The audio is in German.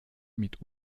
mit